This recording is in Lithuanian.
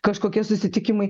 kažkokie susitikimai